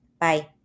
Bye